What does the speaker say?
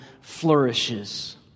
flourishes